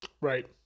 Right